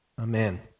Amen